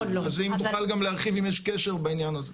אז אם תוכל להרחיב אם יש קשר בעניין הזה.